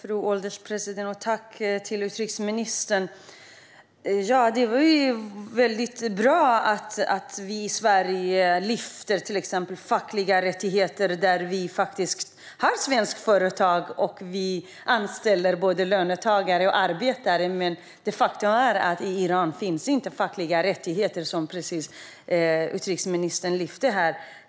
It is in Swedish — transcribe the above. Fru ålderspresident! Tack, utrikesministern! Det är väldigt bra att vi i Sverige lyfter fram fackliga rättigheter i Iran, där vi faktiskt har svenska företag och anställer löntagare och arbetare. Men de facto finns inga fackliga rättigheter i Iran, precis som utrikesministern sa.